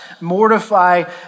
mortify